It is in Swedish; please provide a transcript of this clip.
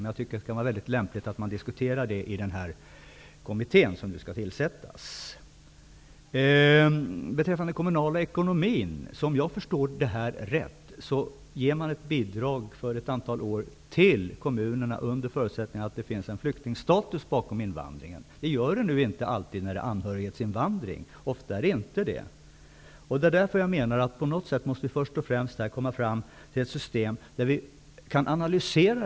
Det kan dock vara lämpligt att diskutera frågan i den kommitté som skall tillsättas. Om jag har förstått saken rätt, ger man ett bidrag till kommunerna för ett antal år under förutsättning att det finns en flyktingstatus bakom invandringen. Det gör det nu inte alltid beträffande anhöriginvandring. Ofta finns det inte det. Det är därför som man på något sätt måste komma fram till ett sytem där frågan riktigt kan analyseras.